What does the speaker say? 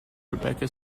rebecca